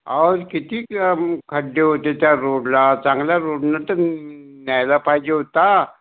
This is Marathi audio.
अहो किती खड्डे होते त्या रोडला चांगल्या रोडने तर न्यायला पाहिजे होता